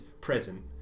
present